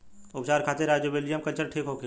उपचार खातिर rhizobium culture ठीक होखे?